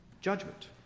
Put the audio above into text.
judgment